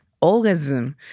orgasm